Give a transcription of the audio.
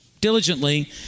diligently